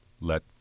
let